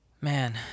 Man